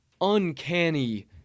uncanny